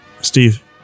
Steve